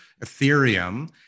Ethereum